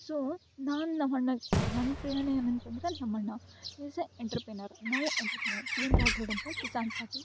so ನಾನು ನಮ್ಮ ಅಣ್ಣನಿಗೆ ನನ್ನ ಪ್ರೇರಣೆ ಏನಂತಂದರೆ ನಮ್ಮ ಅಣ್ಣ he is a entrepreneur now entrepreneur ಪ್ರೀಮ್ ರ್ಯಾಟ್ರೋಡ್ ಅಂತ ಕಿಸಾನ್ ಚಾತಿ